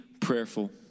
prayerful